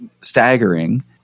staggering